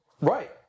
Right